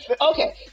Okay